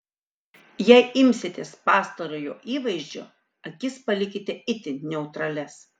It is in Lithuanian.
jei imsitės pastarojo įvaizdžio akis palikite itin neutralias